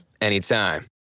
anytime